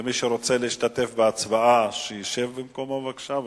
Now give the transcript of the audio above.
ומי שרוצה להשתתף בהצבעה שישב במקומו, בבקשה.